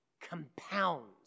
compounds